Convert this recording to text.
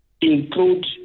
include